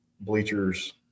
bleachers